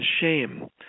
shame